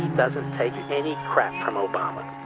doesn't take any crap from obama.